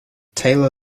taylor